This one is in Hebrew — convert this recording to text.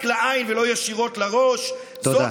רק לעין ולא ישירות לראש -- תודה.